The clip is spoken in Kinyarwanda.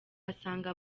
asanga